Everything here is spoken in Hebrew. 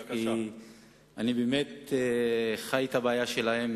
כי אני באמת חי את הבעיה שלהן,